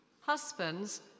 Husbands